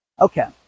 okay